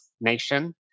nation